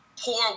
poor